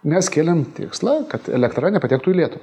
mes kėlėm tikslą kad elektra nepatektų į lietuvą